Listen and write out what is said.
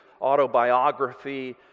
autobiography